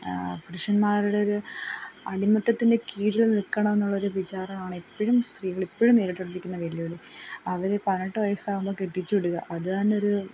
പുരുഷന്മാരുടെ ഒരു അടിമത്വത്തിൻ്റെ കീഴിൽ നിൽക്കണം എന്നുള്ളൊരു വിചാരം ആണെപ്പോഴും സ്ത്രീകൾ ഇപ്പോഴും നേരിട്ട് കൊണ്ടിരിക്കുന്ന വെല്ലുവിളി അവരെ പതിനെട്ട് വയസ്സ് ആകുമ്പം കെട്ടിച്ച് വിടുക അത് തന്നെ ഒരു